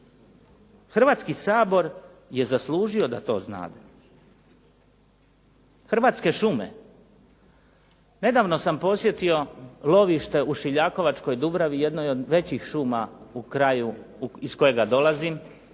Hrvatski sabor je zaslužio da to znade. Hrvatske šume, nedavno sam posjetio lovište u Šiljakovačkoj Dubravi, jednoj od većih šuma u kraju iz kojega dolazim